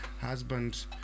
husband